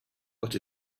but